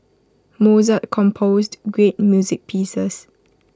Mozart composed great music pieces